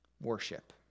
worship